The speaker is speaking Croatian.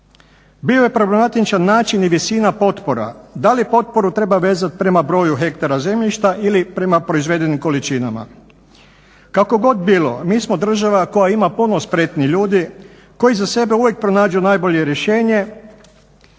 Bio je problematičan način i visina potpora, da li potporu treba vezat prema broju hektara zemljišta ili proizvedenim količinama. Kako god bilo, mi smo država koja ima puno spretnih ljudi koji za sebe uvijek pronađu najbolje rješenje,